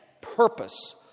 purpose